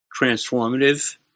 transformative